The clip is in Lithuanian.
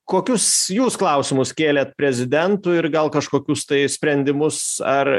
kokius jūs klausimus kėlėt prezidentui ir gal kažkokius tai sprendimus ar